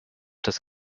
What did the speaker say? das